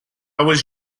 was